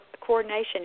coordination